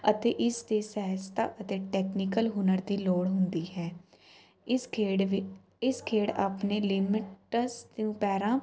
ਅਤੇ ਇਸ ਦੀ ਸਹਿਜਤਾ ਅਤੇ ਟੈਕਨੀਕਲ ਹੁਨਰ ਦੀ ਲੋੜ ਹੁੰਦੀ ਹੈ ਇਸ ਖੇਡ ਵਿੱ ਇਸ ਖੇਡ ਆਪਣੇ ਲਿਮਿਟਸ